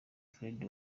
freddy